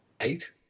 eight